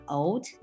old